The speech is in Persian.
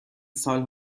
سال